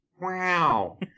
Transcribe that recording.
Wow